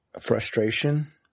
Frustration